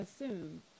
assume